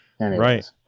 Right